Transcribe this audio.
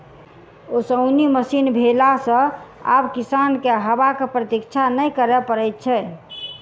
ओसौनी मशीन भेला सॅ आब किसान के हवाक प्रतिक्षा नै करय पड़ैत छै